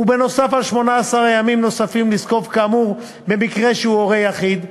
ובנוסף עד 18 ימים נוספים לזקוף כאמור במקרה שהוא הורה יחיד,